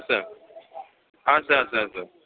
असं असं असं असं